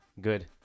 good